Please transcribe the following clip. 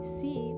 see